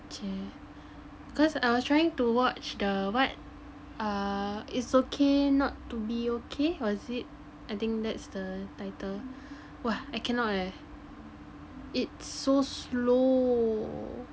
!chey! cause I was trying to watch the what err It's Okay Not to Be Okay was it I think that's the title !wah! I cannot leh it's so slow